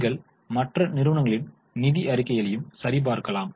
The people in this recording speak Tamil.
நீங்கள் மற்ற நிறுவனங்களின் நிதி அறிக்கைகளையும் சரிபார்க்கலாம்